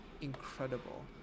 incredible